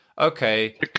okay